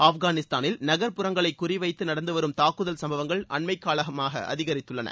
ஆப்கானிஸ்தானில் நகர்ப்புறங்களை குறி வைத்து நடந்து வரும் தாக்குதல் சம்பவங்கள் அண்மைக்காலமாக அதிகரித்துள்ளன